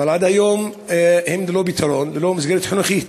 עד היום הם ללא פתרון וללא מסגרת חינוכית.